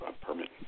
permit